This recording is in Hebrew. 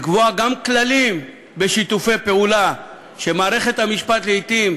לקבוע גם כללים בשיתופי פעולה שמערכת המשפט לעתים,